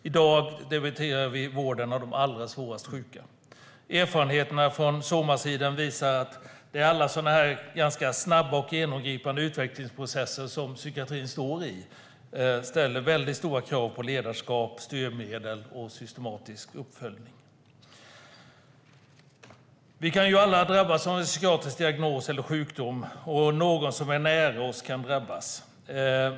I dag debatterar vi vården av de allra svårast sjuka. Erfarenheterna från den somatiska sjukvården visar att alla sådana här rätt snabba och genomgripande utvecklingsprocesser som psykiatrin står i ställer stora krav på ledarskap, styrmedel och systematisk uppföljning. Vi kan alla drabbas av en psykiatrisk diagnos eller sjukdom, och någon som är nära oss kan drabbas.